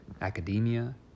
academia